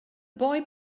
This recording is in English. boy